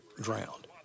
Drowned